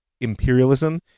imperialism